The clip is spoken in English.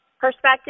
perspective